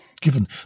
given